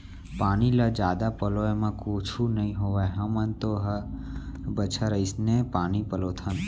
पानी ल जादा पलोय म कुछु नइ होवय हमन तो हर बछर अइसने पानी पलोथन